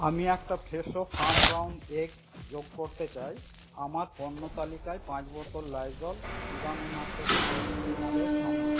আমি একটা Fresho farm brown egg যোগ করতে চাই আমার পণ্য তালিকায় পাঁচ বোতল লাইজল জীবাণুনাশক ফ্লোর ক্লিনার এর সঙ্গে